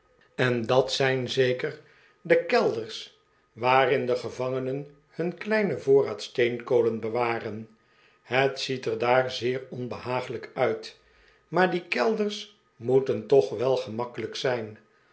en dat zijn zeker de pickwick club de kelders waarin de gevangehen hun kleinen voorraad steenkolen bewaren het ziet er daar zeer onbehaaglijk uit maar die kelders moeten toch wel gemakkelijk zijri dat zijn